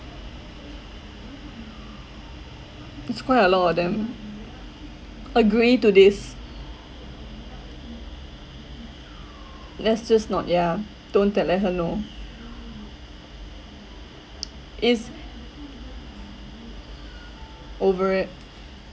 there's quite a lot of them agree to this let's just not yeah don't tell let her know is over it